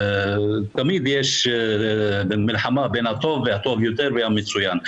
תמיד יש מלחמה בין הטוב והטוב יותר והמצוין,